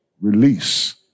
Release